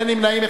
אין נמנעים,